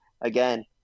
again –